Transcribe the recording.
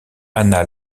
ana